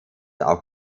auch